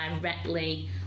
directly